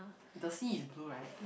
the sea is blue right